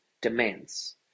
demands